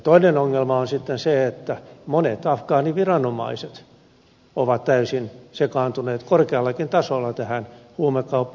toinen ongelma on sitten se että monet afgaaniviranomaiset ovat täysin sekaantuneet korkeallakin tasolla tähän huumekauppaan